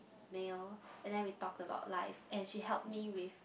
meal and then we talked about life and she helped me with